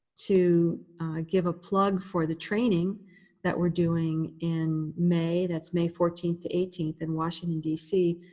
to give a plug for the training that we're doing in may. that's may fourteen to eighteen in washington dc.